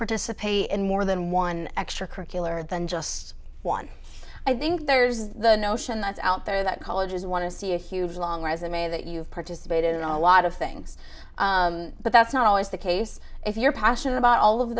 participate in more than one extracurricular than just one i think there's the notion that's out there that colleges want to see a huge long resume that you've participated in a lot of things but that's not always the case if you're passionate a